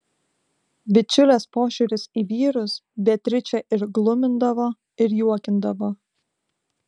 bičiulės požiūris į vyrus beatričę ir glumindavo ir juokindavo